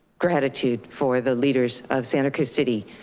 gratitude for the leaders of santa cruz city,